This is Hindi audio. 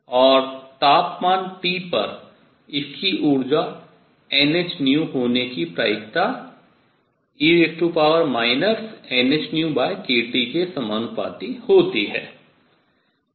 और तापमान T पर इसकी ऊर्जा nhν होने की प्रायिकता e nhνkT के समानुपाती होती है